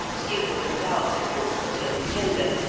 stew them without the pork, till tender,